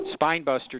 Spinebuster